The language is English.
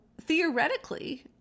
theoretically